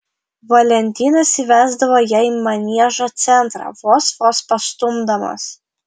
valentinas įvesdavo ją į maniežo centrą vos vos pastumdamas